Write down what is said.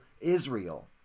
Israel